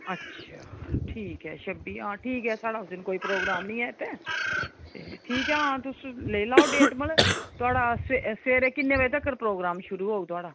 अच्छा ठीक ऐ हा छब्बी हां ठीक ऐ साढ़ा उस दिन कोई प्रोग्राम नी ऐ ते ठीक ऐ हां तुस लेइ लैऔ डेट मतलब थुआढ़ा सवेरे किन्ने बजे तगर प्रोग्राम शुरू होग थुआढ़ा